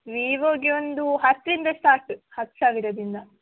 ವಿವೋಗೆ ಒಂದು ಹತ್ತರಿಂದ ಸ್ಟಾರ್ಟ್ ಹತ್ತು ಸಾವಿರದಿಂದ